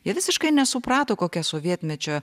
jie visiškai nesuprato kokia sovietmečio